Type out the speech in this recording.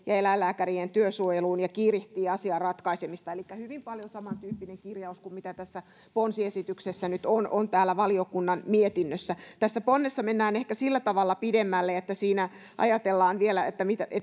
ja eläinlääkärien työsuojeluun ja kiirehtii asian ratkaisemista elikkä hyvin paljon samantyyppinen kirjaus kuin mitä tässä ponsiesityksessä nyt on on täällä valiokunnan mietinnössä tässä ponnessa mennään ehkä sillä tavalla pidemmälle että siinä ajatellaan vielä